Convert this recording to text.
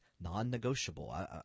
non-negotiable